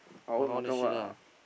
wanna shit ah